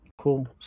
Cool